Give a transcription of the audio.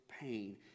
pain